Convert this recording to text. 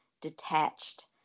detached